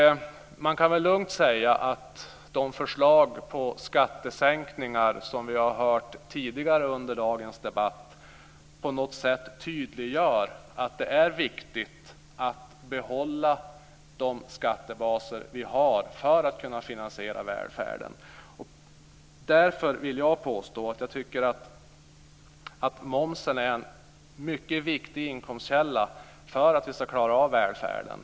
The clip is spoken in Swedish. Man kan väl lugnt säga att de förslag till skattesänkningar som vi har hört tidigare under dagens debatt på något sätt tydliggör att det är viktigt att behålla de skattebaser vi har för att kunna finansiera välfärden. Därför vill jag påstå att jag tycker att momsen är en mycket viktig inkomstkälla för att vi ska klara av välfärden.